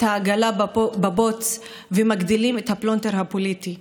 העגלה בבוץ ומגדילים את הפלונטר הפוליטי.